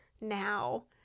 now